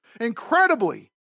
incredibly